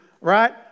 Right